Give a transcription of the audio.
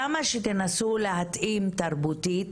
כמה שתנסו להתאים תרבותית